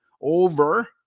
over